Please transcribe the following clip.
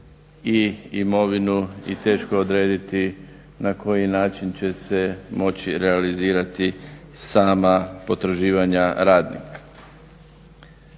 i imovinu i teško odrediti na koji način će se moći realizirati sama potraživanja radnika.